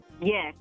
Yes